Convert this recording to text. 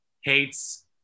hates